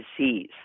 disease